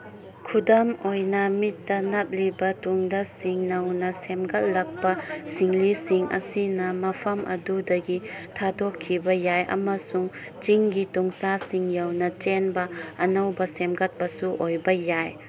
ꯈꯨꯗꯝ ꯑꯣꯏꯅ ꯃꯤꯠꯇ ꯅꯞꯂꯤꯕ ꯇꯨꯡꯗ ꯁꯤꯡ ꯅꯧꯅ ꯁꯦꯝꯒꯠꯂꯛꯄ ꯁꯤꯡꯂꯤꯁꯤꯡ ꯑꯁꯤꯅ ꯃꯐꯝ ꯑꯗꯨꯗꯒꯤ ꯊꯥꯗꯣꯛꯈꯤꯕ ꯌꯥꯏ ꯑꯃꯁꯨꯡ ꯆꯤꯡꯒꯤ ꯇꯨꯡꯁꯥꯁꯤꯡ ꯌꯧꯅ ꯆꯦꯟꯕ ꯑꯅꯧꯕ ꯁꯦꯝꯒꯠꯄꯁꯨ ꯑꯣꯏꯕ ꯌꯥꯏ